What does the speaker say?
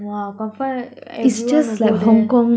!wah! confirm everyone will go there